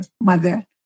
mother